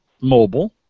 mobile